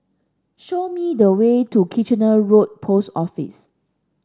show me the way to Kitchener Road Post Office